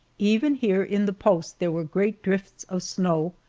even here in the post there were great drifts of snow,